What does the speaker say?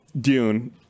Dune